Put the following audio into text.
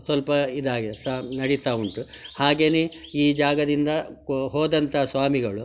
ಸ್ವಲ್ಪ ಇದಾಗಿದೆ ಸ ನಡಿತಾ ಉಂಟು ಹಾಗೆಯೇ ಈ ಜಾಗದಿಂದ ಕೊ ಹೋದಂಥ ಸ್ವಾಮಿಗಳು